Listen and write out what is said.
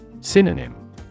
Synonym